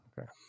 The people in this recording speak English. Okay